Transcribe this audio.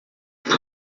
uma